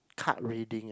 cart raiding ah